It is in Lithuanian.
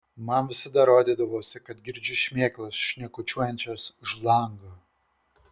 man visada rodydavosi kad girdžiu šmėklas šnekučiuojančias už lango